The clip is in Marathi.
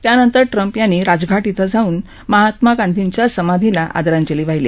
त्यानंतर ट्रम्प यांनी राजघाट इथं जाऊन महात्मा गांधीजींच्या समाधीला आदरांजली वाहिली